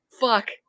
fuck